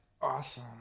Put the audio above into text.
Awesome